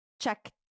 Check